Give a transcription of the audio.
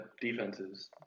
defenses